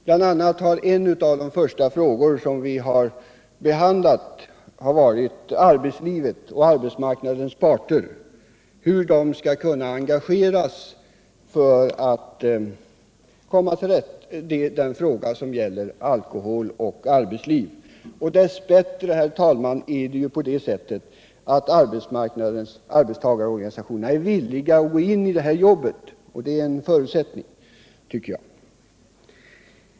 En av de första frågorna vi behandlade gällde arbetslivet och hur arbetsmarknadens parter skall kunna engageras, så att man kan komma till rätta med frågan som gäller alkohol och arbetsliv. Dess bättre, herr talman, är det ju på det sättet att arbetstagarorganisationerna är villiga att gå in i det här jobbet, och det tycker jag är en förutsättning.